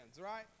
right